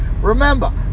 Remember